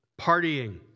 partying